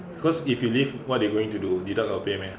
cause if you leave what they going to do deduct your pay meh